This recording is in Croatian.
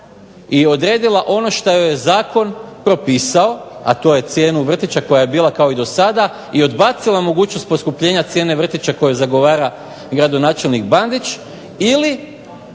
i odredila ono što joj je Zakon propisao a to je cijenu vrtića koja je bila kao i do sada i odbacila mogućnost poskupljenje cijena vrtića koje zagovara gradonačelnik Bandić ili